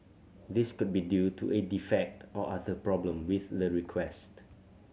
this could be due to a defect or other problem with the request